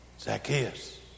Zacchaeus